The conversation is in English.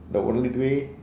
the only way